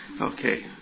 Okay